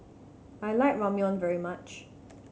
I like Ramyeon very much